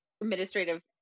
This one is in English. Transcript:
administrative